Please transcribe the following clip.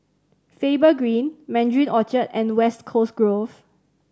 Faber Green Mandarin Orchard and West Coast Grove